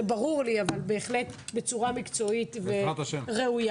זה ברור לי, אבל בהחלט בצורה מקצועית וראויה.